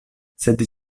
sed